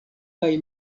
kaj